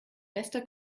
bester